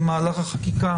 במהלך החקיקה